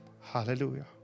hallelujah